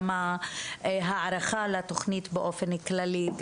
גם ההערכה לתוכנית באופן כללי,